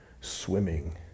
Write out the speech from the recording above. Swimming